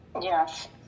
Yes